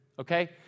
Okay